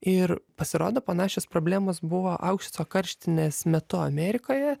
ir pasirodo panašios problemos buvo aukso karštinės metu amerikoje